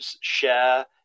share